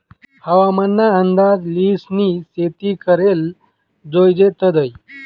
हवामान ना अंदाज ल्हिसनी शेती कराले जोयजे तदय